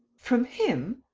from him?